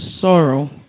sorrow